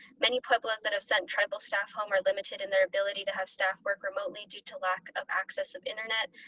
many pueblos that have sent tribal staff home are limited in their ability to have staff work remotely due to lack of access of internet,